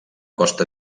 costa